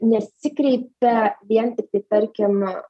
nesikreipia vien tiktai tarkim